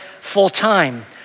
full-time